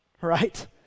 right